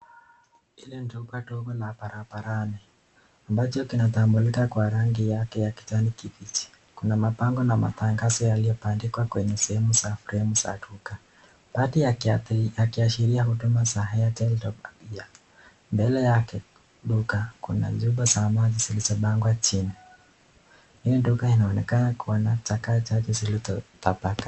Hili ni duka ndogo barabarani, amabcho kunatambulika kwa rangi yake ya kijani kibichi, kuna tangazo na mabandiko yaliyobandikwa kwa sehemu za fremu za duka, baadhi yakiashiria huduma za pesa pia, mbele yake duka kuna chupa za maji zilizo pangwa chini, hili duka linaoneakana kuwa na chaka zilizo tapakaa.